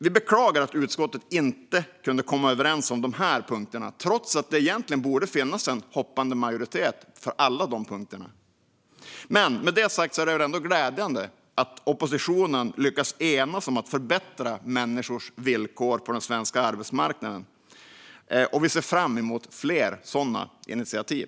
Vi beklagar att utskottet inte kunde komma överens om dessa punkter trots att det egentligen borde finnas en hoppande majoritet för dem alla. Men med detta sagt är det ändå glädjande att oppositionen lyckats enas om att förbättra människors villkor på den svenska arbetsmarknaden. Vi ser fram emot fler sådana initiativ.